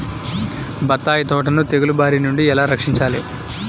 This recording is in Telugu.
బత్తాయి తోటను తెగులు బారి నుండి ఎలా రక్షించాలి?